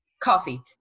coffee